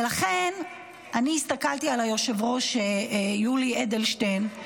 ולכן אני הסתכלתי על היושב-ראש יולי אדלשטיין,